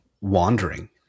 wandering